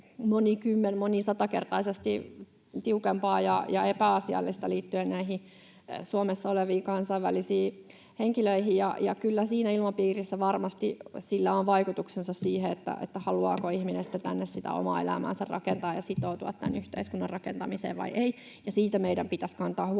monikymmen-, monisatakertaisesti tiukempaa ja epäasiallista liittyen näihin Suomessa oleviin kansainvälisiin henkilöihin — niin kyllä sillä ilmapiirillä varmasti on vaikutuksensa siihen, haluaako ihminen tänne omaa elämäänsä rakentaa ja sitoutua tämän yhteiskunnan rakentamiseen vai ei. Siitä meidän pitäisi kantaa huolta,